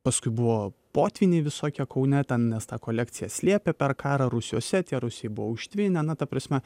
paskui buvo potvyniai visokie kaune ten nes tą kolekciją slėpė per karą rūsiuose tie rūsiai buvo užtvinę na ta prasme